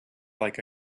like